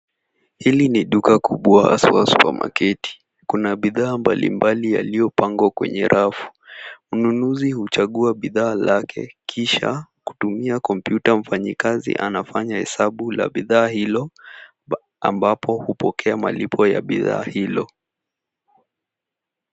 Hili ni duka kubwa au[cs ] supermarket[cs ]. Kuna bidhaa mbali mbali yaliyo pangwa kwenye rafu. Mnunuzi huchagua bidhaa zake kisha kutumia kompyuta mfanyi kazi anafanya hesabu ya bidhaa hilo ambapo hupokea malipo ya bidhaa hilo.